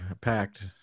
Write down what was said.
packed